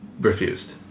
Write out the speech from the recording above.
refused